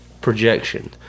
projection